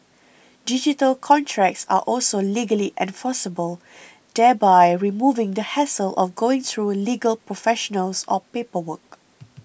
digital contracts are also legally enforceable thereby removing the hassle of going through legal professionals or paperwork